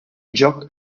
joc